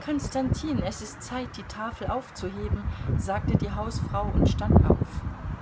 konstantin es ist zeit die tafel aufzuheben sagte die hausfrau und stand auf